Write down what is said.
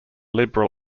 liberal